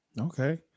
Okay